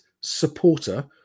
supporter